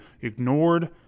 ignored